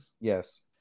Yes